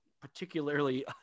particularly